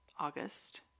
August